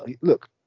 Look